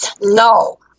No